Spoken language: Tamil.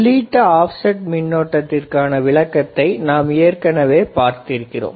உள்ளீட்டு ஆப்செட் மின்னோட்டத்திற்கான விளக்கத்தை நாம் ஏற்கனவே பார்த்திருக்கிறோம்